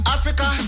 Africa